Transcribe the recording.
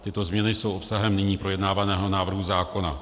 Tyto změny jsou obsahem nyní projednávaného návrhu zákona.